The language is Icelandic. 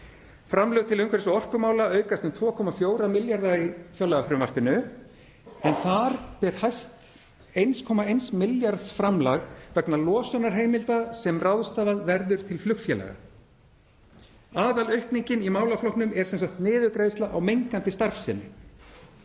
Framlög til umhverfis- og orkumála aukast um 2,4 milljarða í fjárlagafrumvarpinu. Þar ber hæst 1,1 milljarðs framlag vegna losunarheimilda sem ráðstafað verður til flugfélaga. Aðalaukningin í málaflokknum er sem sagt niðurgreiðsla á mengandi starfsemi.